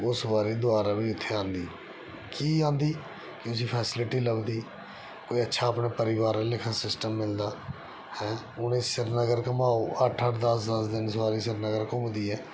ओह् सुआरी दोबारा बी इत्थै आंदी की आंदी कि जे फैसिलिटी लभदी कोई अच्छा अपने परिवार आह्ले लेखा सिस्टम मिलदा ऐं उ'नेंगी श्रीनगर घमाओ अट्ठ अट्ठ दस्स दस्स दिन सुआरी श्रीनगर घुम्मदी ऐ